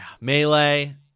melee